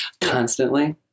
Constantly